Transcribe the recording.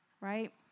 right